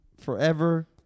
forever